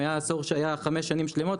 היה עשור שהיו חמש שנים שלמות,